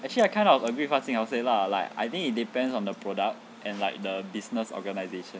actually I kind of agree what jing hao say lah like I think it depends on the product and like the business organisation